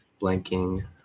blanking